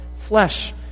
flesh